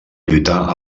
lluitar